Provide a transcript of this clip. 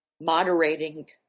moderating